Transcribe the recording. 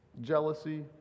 jealousy